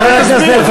תקרא את דברי ההסבר.